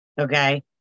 Okay